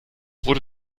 wurde